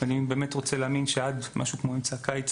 אני באמת רוצה להאמין שעד משהו כמו אמצע הקיץ